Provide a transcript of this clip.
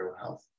health